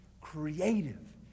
creative